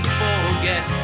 forget